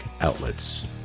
outlets